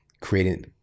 creating